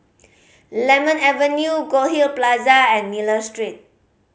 Lemon Avenue Goldhill Plaza and Miller Street